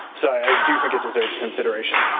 so i do think it deserves consideration.